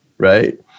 Right